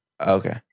Okay